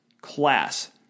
class